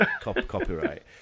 copyright